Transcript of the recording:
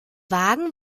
wagen